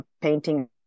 painting